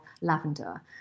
lavender